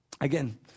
Again